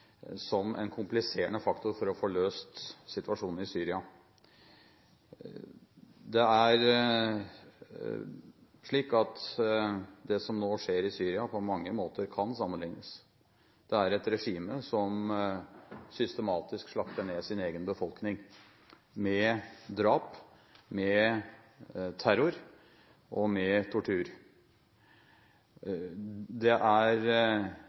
som en kompliserende faktor for å få løst situasjonen i Syria. Det er slik at det som nå skjer i Syria, på mange måter kan sammenliknes. Det er et regime som systematisk slakter ned sin egen befolkning med drap, terror og tortur. Det er